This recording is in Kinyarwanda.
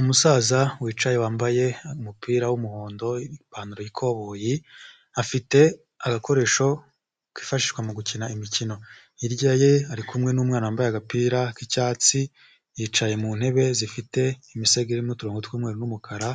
Umusaza wicaye wambaye umupira w'umuhondo ipantaro ikoboyi afite agakoresho kifashishwa mu gukina imikino hirya ye ari kumwe n'umwana wambaye agapira k'icyatsi yicaye mu ntebe zifite imisego irimo ututrongo tw'umweru n'umukara